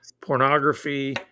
pornography